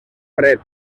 fred